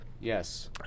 Yes